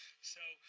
so